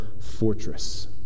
fortress